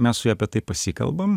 mes su ja apie tai pasikalbam